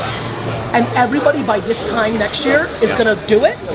and everybody by this time next year is gonna do it,